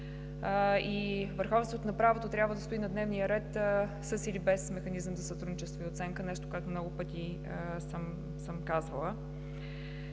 Върховенството на правото трябва да стои на дневния ред със или без Механизъм за сътрудничество и оценка – нещо, което много пъти съм казвала.